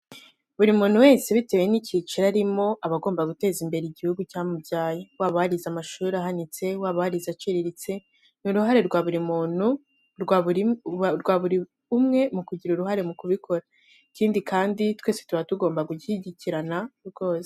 Buri muntu wese bitewe ni ikiciro arimo aba agomba guteza imbere igihugu cyamubyaye. Waba warize amashuri ahanitse, waba warize aciriritse, ni uruhare rwa buri umwe mu kugira uruhare mu kubikora. Ikindi kandi, twese tuba tugomba gushyigikirana rwose.